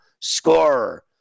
scorer